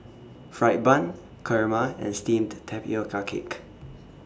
Fried Bun Kurma and Steamed Tapioca Cake